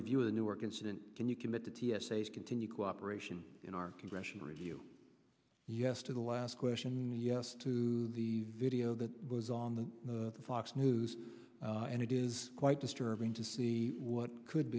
review of the newark incident can you commit the t s a to continue cooperation in our congressional review yes to the last question yes to the video that was on the fox news and it is quite disturbing to see what could